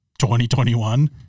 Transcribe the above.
2021